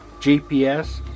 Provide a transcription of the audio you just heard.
GPS